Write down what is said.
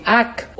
act